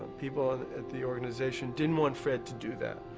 people at the organization didn't want fred to do that,